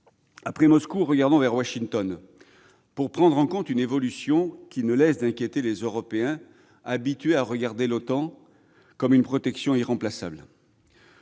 Après Moscou, regardons vers Washington, pour prendre en la mesure d'une évolution qui ne laisse pas d'inquiéter les Européens, habitués à voir l'OTAN comme une protection irremplaçable.